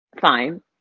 fine